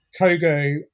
Kogo